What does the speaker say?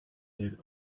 their